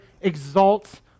exalts